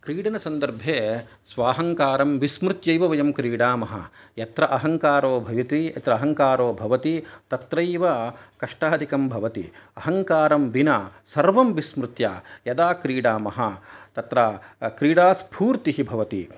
क्रीडनसन्दर्भे स्वाहङ्कारं विस्मृत्य एव वयं क्रीडामः यत्र अहङ्कारो भवति यत्र अहङ्कारो भवति तत्रैव कष्टाधिकं भवति अहङ्कारं विना सर्वं विस्मृत्य यदा क्रीडामः तत्र क्रीडास्फूर्त्तिः भवति